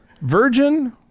virgin